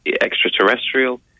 extraterrestrial